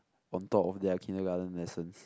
on top of their kindergarten lessons